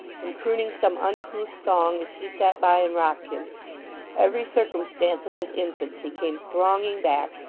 and crooning some uncouth song as she sat by and rocked him every circumstance of his infancy came thronging back,